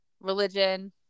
religion